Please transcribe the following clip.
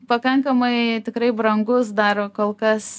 pakankamai tikrai brangus dar kol kas